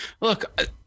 look